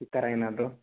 ಈ ಥರ ಏನಾದ್ರೂ